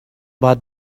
باید